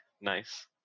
nice